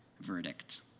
verdict